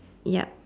yup